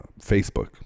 Facebook